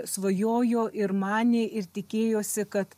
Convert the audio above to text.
svajojo ir manė ir tikėjosi kad